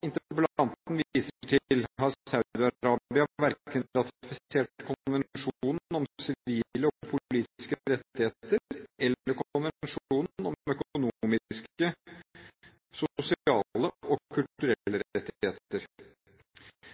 interpellanten viser til, har Saudi-Arabia verken ratifisert Konvensjon om sivile og politiske rettigheter eller Konvensjon om økonomiske, sosiale og kulturelle